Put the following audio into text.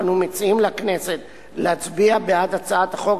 אני מציע לכנסת להצביע בעד הצעת החוק